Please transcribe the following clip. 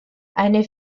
eine